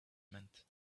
meant